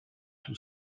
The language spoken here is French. tout